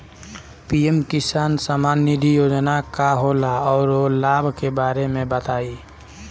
PM किसान सम्मान निधि योजना का होला औरो लाभ के बारे में बताई?